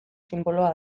sinboloa